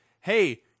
hey